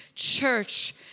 Church